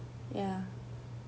ya